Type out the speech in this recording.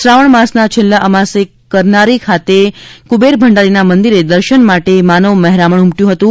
શ્રાવણ માસના છેલ્લા અમાસે કરનારી ખાતે કુબેરભંડારીના મંદિરે દર્શન માટે માનવ મહેરામણ ઉમટયું હતું